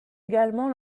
également